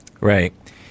Right